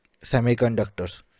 semiconductors